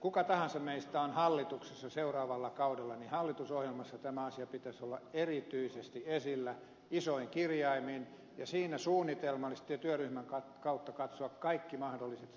kuka tahansa meistä on hallituksessa seuraavalla kaudella niin hallitusohjelmassa tämän asian pitäisi olla erityisesti esillä isoin kirjaimin ja siinä suunnitelmallisesti ja työryhmän kautta katsoa kaikki mahdolliset